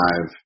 five